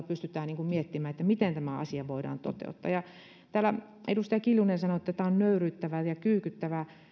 pystytään miettimään miten tämä asia voidaan toteuttaa täällä edustaja kiljunen sanoi että tämä on nöyryyttävää ja kyykyttävää